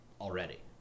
Already